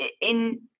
in-